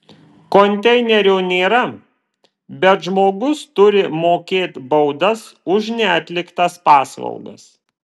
konteinerio nėra bet žmogus turi mokėt baudas už neatliktas paslaugas